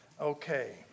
Okay